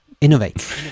Innovate